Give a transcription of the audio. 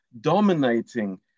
dominating